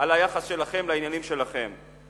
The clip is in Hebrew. על היחס שלכם לעניינים שלכם.